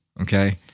Okay